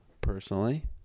personally